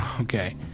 okay